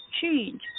change